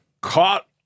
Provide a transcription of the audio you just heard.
Caught